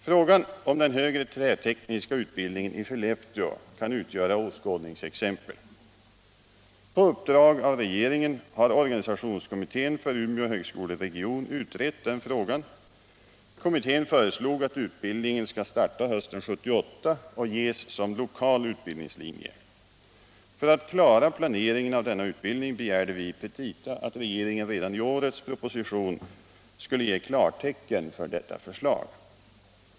Frågan om den högre trätekniska utbildningen i Skellefteå kan utgöra åskådningsexempel. På uppdrag av regeringen har organisationskommittén för Umeå högskoleregion utrett den frågan. Kommittén föreslog att utbildningen skall starta hösten 1978 och ges som lokal utbildningslinje. För att klara planeringen av denna utbildning begärde vi i petita att regeringen redan i årets proposition skulle ge klartecken för detta förslag.